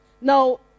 Now